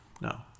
No